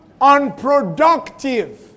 unproductive